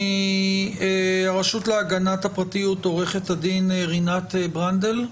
מהרשות להגנת הפרטיות עו"ד רינת ברנדל,